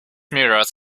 meteorites